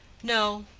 no,